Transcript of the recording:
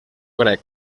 grec